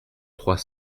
trois